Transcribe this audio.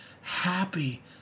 happy